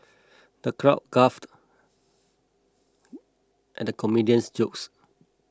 the crowd guffawed at the comedian's jokes